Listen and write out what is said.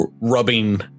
rubbing